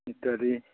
ইত্যাদি